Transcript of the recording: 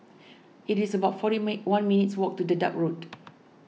it is about forty meh one minutes' walk to Dedap Road